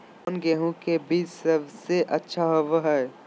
कौन गेंहू के बीज सबेसे अच्छा होबो हाय?